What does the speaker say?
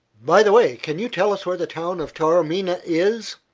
by the way, can you tell us where the town of taormina is?